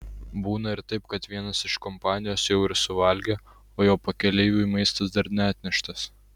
būna ir taip kad vienas iš kompanijos jau ir suvalgė o jo pakeleiviui maistas dar neatneštas